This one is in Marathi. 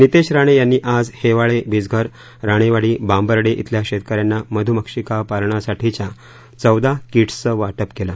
नितेश राणे यांनी आज हेवाळे वीजघर राणेवाडी बांबर्डे श्रेल्या शेतकऱ्यांना मधुमक्षिका पालनासाठीच्या चौदा किट्सचं वाटप केल